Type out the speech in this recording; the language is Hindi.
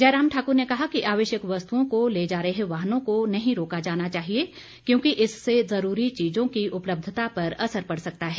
जयराम ठाकुर ने कहा कि आवश्यक वस्तुओं को ले जा रहे वाहनों को नहीं रोका जाना चाहिए क्योंकि इससे ज़रूरी चीज़ों की उपलब्धता पर असर पड़ सकता है